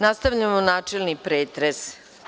Nastavljamo načelni pretres.